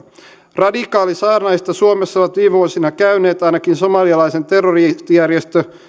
radikaalisaarnaajista suomessa ovat viime vuosina käyneet ainakin somalialaisen terroristijärjestö